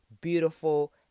beautiful